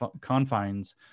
confines